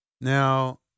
Now